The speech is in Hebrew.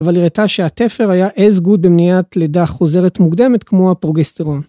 אבל הראתה שהתפר היה אסגוד במניעת לידה חוזרת מוקדמת כמו הפרוגסטירום.